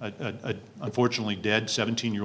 a unfortunately dead